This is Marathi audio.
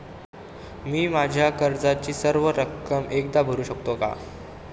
मी माझ्या कर्जाची सर्व रक्कम एकदा भरू शकतो का?